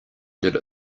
did